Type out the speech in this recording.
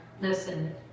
listen